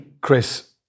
Chris